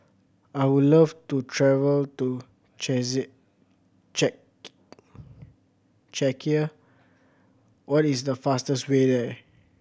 I would love to travel to Czechia what is the fastest way there